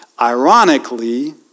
Ironically